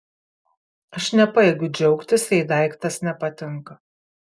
aš nepajėgiu džiaugtis jei daiktas nepatinka